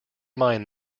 mind